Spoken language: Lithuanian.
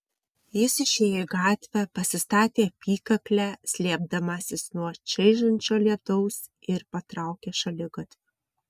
jis išėjo į gatvę pasistatė apykaklę slėpdamasis nuo čaižančio lietaus ir patraukė šaligatviu